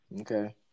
Okay